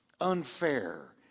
unfair